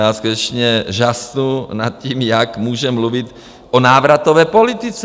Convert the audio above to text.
Já skutečně žasnu nad tím, jak může mluvit o návratové politice.